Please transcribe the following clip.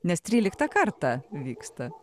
nes tryliktą kartą vyksta